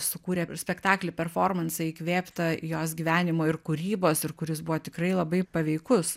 sukūrė spektaklį performansą įkvėptą jos gyvenimo ir kūrybos ir kuris buvo tikrai labai paveikus